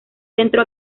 centro